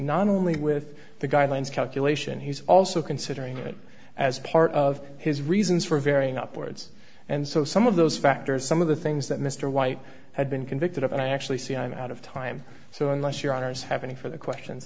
not only with the guidelines calculation he's also considering it as part of his reasons for varying upwards and so some of those factors some of the things that mr white had been convicted of and i actually see i'm out of time so unless your honor is happening for the questions